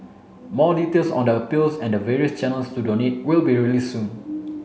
more details on the appeals and the various channels to donate will be released soon